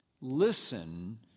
listen